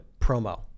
promo